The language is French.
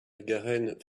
garenne